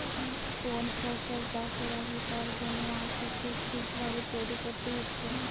কোন ফসল চাষের আগে তার জন্যে মাটিকে ঠিক ভাবে তৈরী কোরতে হচ্ছে